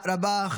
תודה רבה.